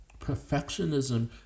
Perfectionism